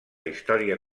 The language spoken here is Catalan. història